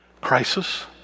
Crisis